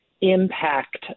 impact